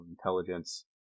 intelligence